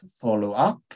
follow-up